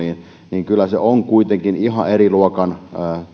niin kyllä se on kuitenkin ihan eri luokan